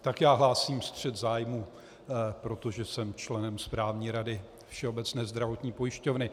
Tak já hlásím střet zájmů, protože jsem členem správní rady Všeobecné zdravotní pojišťovny.